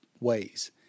ways